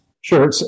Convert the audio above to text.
Sure